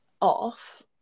off